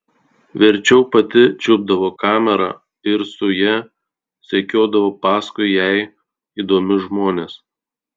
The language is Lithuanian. verčiau pati čiupdavo kamerą ir su ja sekiodavo paskui jai įdomius žmones